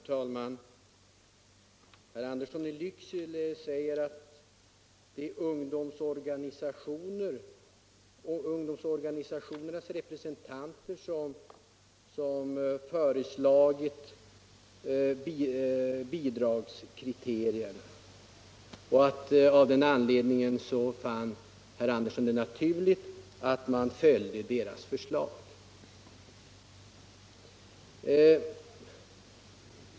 Herr talman! Herr Andersson i Lycksele säger att det är ungdomsorganisationernas representanter som föreslagit bidragskriterierna. Herr Andersson i Lycksele fann det naturligt att man följde deras förslag.